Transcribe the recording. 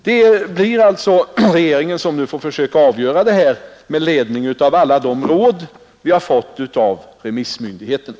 Det blir alltså regeringen som nu får försöka avgöra detta med ledning av alla de råd vi har fått av remissmyndigheterna.